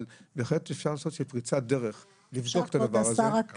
אבל בהחלט אפשר לעשות איזה שהיא פריצת דרך לבדוק את הדבר הזה.